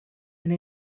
and